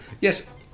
yes